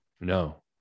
no